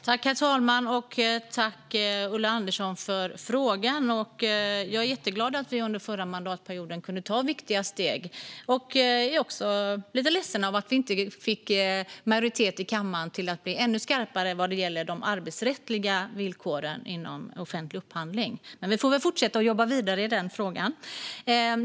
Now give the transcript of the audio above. Herr talman! Tack, Ulla Andersson, för frågan! Jag är jätteglad att vi under förra mandatperioden kunde ta viktiga steg. Jag är också lite ledsen att vi inte fick majoritet i kammaren till att bli ännu skarpare vad gäller de arbetsrättsliga villkoren inom offentlig upphandling. Vi får väl fortsätta att jobba vidare i den frågan.